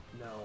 no